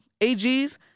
AGs